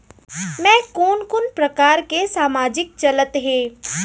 मैं कोन कोन प्रकार के सामाजिक चलत हे?